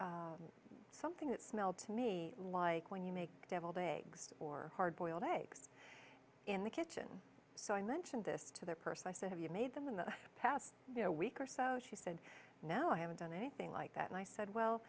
smelling something that smelled to me like when you make deviled eggs or hard boiled eggs in the kitchen so i mentioned this to the person i said have you made them in the past week or so she said now i haven't done anything like that and i said well